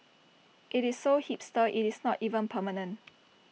IT is so hipster IT is not even permanent